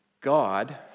God